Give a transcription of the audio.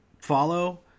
Follow